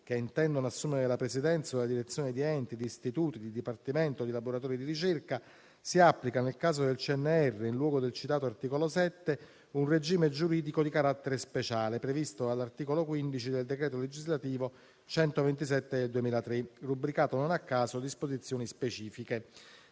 che intendono assumere la presidenza o la direzione di enti, di istituti, di dipartimenti o di laboratori di ricerca, si applica, nel caso del CNR, in luogo del citato articolo 7, un regime giuridico di carattere speciale, previsto dall'articolo 15 del decreto legislativo n. 127 del 2003, non a caso rubricato «Disposizioni specifiche».